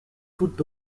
toutes